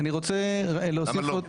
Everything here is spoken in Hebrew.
למה לא?